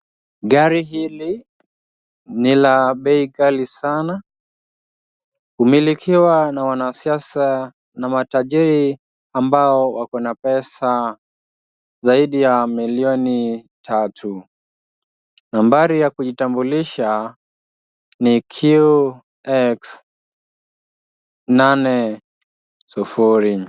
Gari hili ni la bei ghali sana, humilikiwa na wanasiasa na matajiri ambao wako na pesa zaidi ya milioni tatu. Nambari ya kujitambulisha ni QX80.